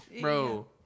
Bro